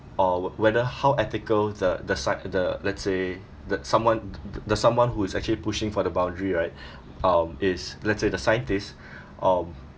uh wh~ whether how ethical the the side the let's say the someone th~ th~ the someone who is actually pushing for the boundary right um is let's say the scientists um